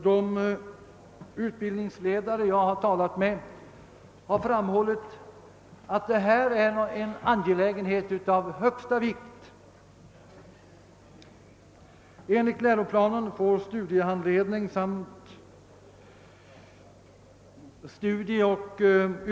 De utbildningsledare jag har talat med har framhållit, att detta är en angelägenhet av största vikt.